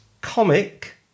comic